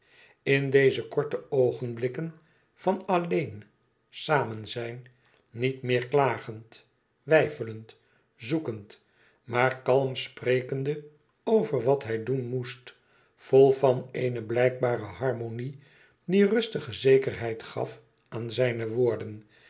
in deze korte oogenblikken van alleen samenzijn niet meer klagend weifelend zoekend maar kalm sprekende over wat hij doen moest vol van eene blijkbare harmonie die rustige zekerheid gaf aan zijne woorden